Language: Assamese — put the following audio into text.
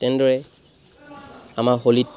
তেনেদৰে আমাৰ হোলীত